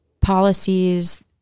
policies